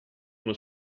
uno